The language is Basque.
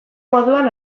moduan